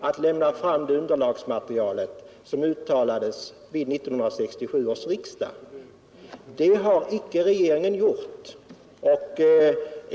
att lämna fram det underlagsmaterial som utlovades vid 1967 års riksdag. Detta har icke regeringen gjort.